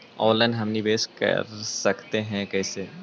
Online हम निवेश कर सकते है, कैसे?